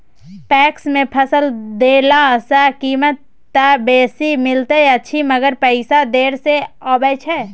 PACS मे फसल देला सॅ कीमत त बेसी मिलैत अछि मगर पैसा देर से आबय छै